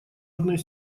одной